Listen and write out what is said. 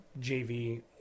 JV